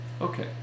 Okay